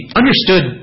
understood